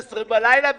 500 מיליון שקל,